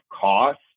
cost